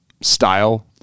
style